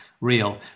real